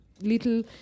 little